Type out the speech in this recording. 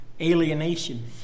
Alienation